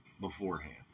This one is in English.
beforehand